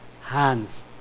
hands